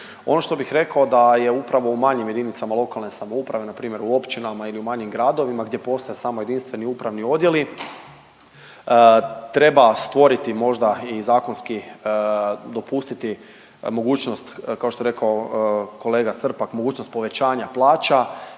Ono što bih rekao da je upravo u manjim jedinicama lokalne samouprave npr. u općinama ili u manjim gradovima gdje postoji samo jedinstveni upravni odjeli, treba stvoriti možda i zakonski dopustiti mogućnost kao što je rekao kolega Srpak, mogućnost povećanja plaća